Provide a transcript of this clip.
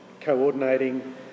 coordinating